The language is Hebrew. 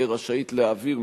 תהא רשאית להעביר,